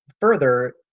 further